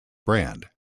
brand